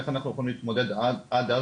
איך אנחנו יכולים להתמודד עד אז,